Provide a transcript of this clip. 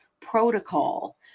protocol